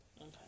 Okay